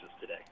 today